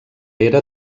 era